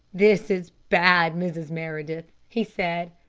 this is bad, mrs. meredith, he said.